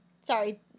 Sorry